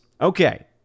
Okay